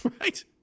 Right